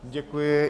Děkuji.